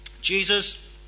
Jesus